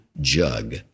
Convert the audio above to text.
jug